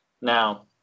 now